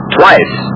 twice